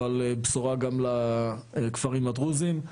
אבל בשורה גם לכפרים הדרוזים.